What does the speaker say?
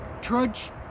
Trudge